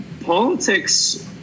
politics